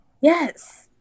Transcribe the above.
Yes